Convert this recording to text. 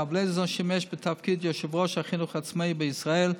הרב לייזרזון שימש בתפקיד יושב-ראש החינוך העצמאי בישראל.